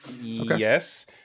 Yes